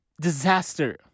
disaster